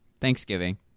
Thanksgiving